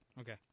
Okay